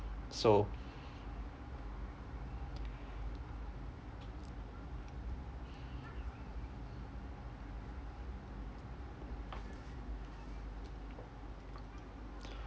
so